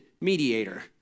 mediator